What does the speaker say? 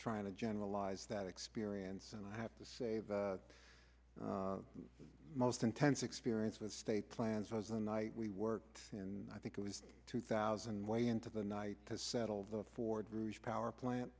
trying to generalize that experience and i have to say the most intense experience of state plans was a night we worked in i think it was two thousand way into the night to settle the ford rouge power plant